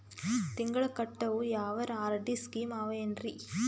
ತಿಂಗಳ ಕಟ್ಟವು ಯಾವರ ಆರ್.ಡಿ ಸ್ಕೀಮ ಆವ ಏನ್ರಿ?